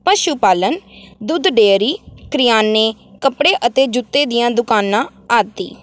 ਪਸ਼ੂ ਪਾਲਣ ਦੁੱਧ ਡੇਅਰੀ ਕਰਿਆਨੇ ਕੱਪੜੇ ਅਤੇ ਜੁੱਤੇ ਦੀਆਂ ਦੁਕਾਨਾਂ ਆਦਿ